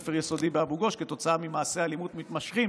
הספר היסודי אבו גוש כתוצאה ממעשי אלימות מתמשכים